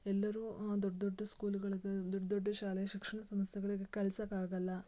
ಎಲ್ಲರೂ ದೊಡ್ಡ ದೊಡ್ಡ ಸ್ಕೂಲುಗಳಿಗೆ ದೊಡ್ಡ ದೊಡ್ಡ ಶಾಲೆ ಶಿಕ್ಷಣ ಸಂಸ್ಥೆಗಳಿಗೆ ಕಳ್ಸೋಕಾಗಲ್ಲ